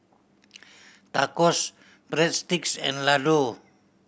Tacos Breadsticks and Ladoo